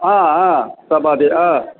आ आ सपादः ह